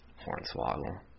Hornswoggle